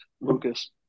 Lucas